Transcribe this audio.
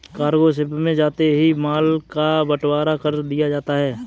cargo ship में जाते ही माल का बंटवारा कर दिया जाता है